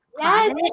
Yes